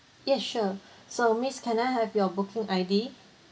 yes sure so miss can I have your booking I_D